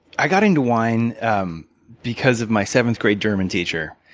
i got into wine um because of my seventh grade german teacher,